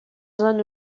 zones